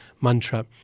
mantra